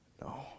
No